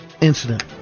incident